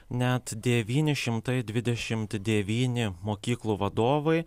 net devyni šimtai dvidešimt devyni mokyklų vadovai